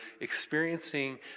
experiencing